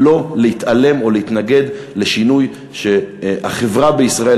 לא להתעלם או להתנגד לשינוי שהחברה בישראל,